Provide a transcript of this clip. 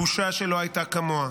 בושה שלא הייתה כמוה".